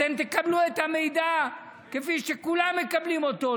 אתם תקבלו את המידע כפי שכולם מקבלים אותו,